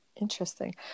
Interesting